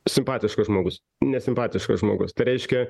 simpatiškas žmogus nesimpatiškas žmogus tai reiškia